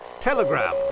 Telegram